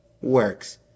works